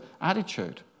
attitude